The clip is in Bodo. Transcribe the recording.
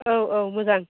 औ औ मोजां